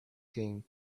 king